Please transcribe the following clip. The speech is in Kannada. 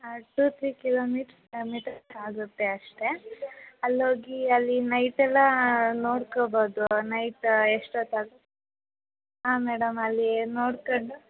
ಟೂ ತ್ರೀ ಕಿಲೋಮೀಟ್ ಮೀಟರ್ಸ್ ಆಗುತ್ತೆ ಅಷ್ಟೇ ಅಲ್ಲೋಗಿ ಅಲ್ಲಿ ನೈಟೆಲ್ಲ ನೋಡ್ಕೋಬೌದು ನೈಟ್ ಎಷ್ಟೊತ್ತು ಅದು ಆಂ ಮೇಡಮ್ ಅಲ್ಲಿ ನೋಡ್ಕೊಂಡು